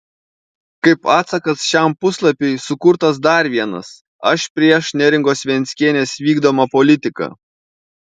kaip atsakas šiam puslapiui sukurtas dar vienas aš prieš neringos venckienės vykdomą politiką